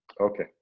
Okay